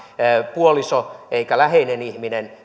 puoliso eikä läheinen ihminen